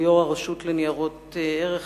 הוא יושב-ראש הרשות לניירות ערך,